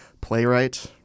playwright